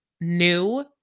new